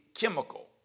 chemical